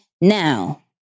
Now